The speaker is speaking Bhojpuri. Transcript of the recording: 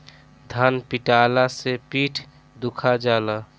धान पिटाला से पीठ दुखा जाला